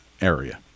area